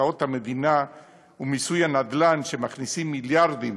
בקרקעות המדינה ומיסוי הנדל"ן, שמכניסים מיליארדים